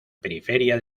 periferia